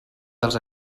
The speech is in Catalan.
dels